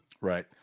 Right